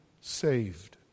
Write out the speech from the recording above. saved